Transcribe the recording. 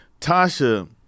Tasha